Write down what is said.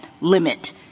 limit